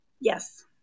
Yes